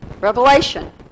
Revelation